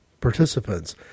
participants